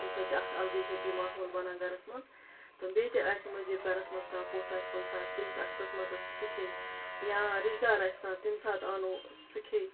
تَمہِ سۭتۍ چھِ اَکھ اَلگٕے ہیپی ماحول بَنان گَرَس منٛز تہٕ بیٚیہِ تہِ آسہِ مٔزیٖد گَرَس منٛز کانٛہہ پوٚژھ آسہِ کُنہِ ساتہٕ تٔمِس آسہِ قٕسمَتَس سُہ کھے یا رِشتہٕ دار آسہِ کانٛہہ تَمہِ ساتہٕ اَنو سُہ کھے